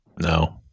No